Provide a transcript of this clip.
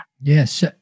Yes